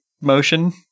motion